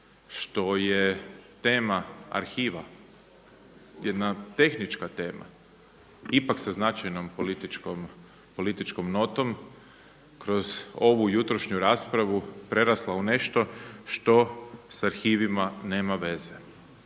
što je tema arhiva jedna tehnička tema ipak sa značajnom političkom notom kroz ovu jutrošnju raspravu prerasla u nešto što sa arhivima nema veze.